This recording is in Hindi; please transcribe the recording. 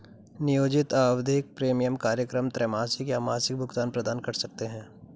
नियोजित आवधिक प्रीमियम कार्यक्रम त्रैमासिक या मासिक भुगतान प्रदान कर सकते हैं